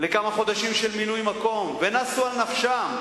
לכמה חודשים של מילוי מקום, ונסו על נפשם.